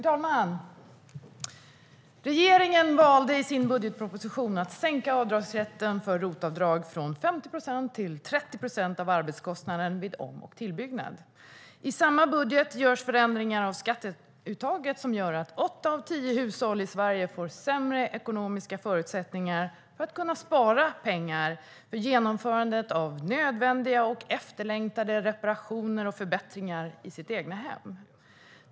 Herr talman! Regeringen valde i sin budgetproposition att sänka rätten till ROT-avdrag från 50 procent till 30 procent av arbetskostnaden vid om och tillbyggnad. I samma budget görs förändringar av skatteuttaget som gör att åtta av tio hushåll i Sverige får sämre ekonomiska förutsättningar att spara pengar för genomförande av nödvändiga och efterlängtade reparationer och förbättringar i sina egna hem.